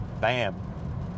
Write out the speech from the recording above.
Bam